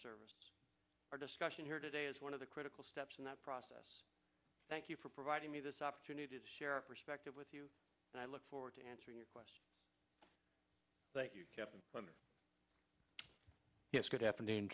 services our discussion here today is one of the critical steps in that process thank you for providing me this opportunity to share a perspective with you and i look forward to answering your question thank you yes good afternoon